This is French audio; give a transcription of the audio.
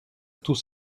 tous